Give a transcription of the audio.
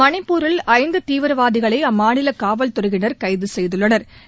மணிப்பூரில் ஐந்து தீவிரவாதிகளை அம்மாநில காவல்துறையினா் கைது செய்துள்ளனா்